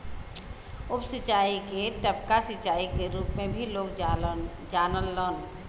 उप सिंचाई के टपका सिंचाई क रूप में भी लोग जानलन